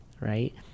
right